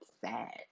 sad